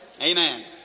Amen